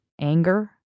anger